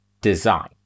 design